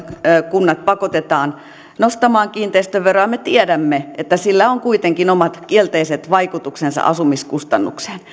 kunnat pakotetaan nostamaan kiinteistöveroa me tiedämme että sillä on kuitenkin omat kielteiset vaikutuksensa asumiskustannuksiin